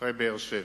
אחרי באר-שבע.